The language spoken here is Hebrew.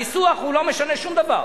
הניסוח לא משנה שום דבר.